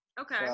okay